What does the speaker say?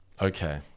Okay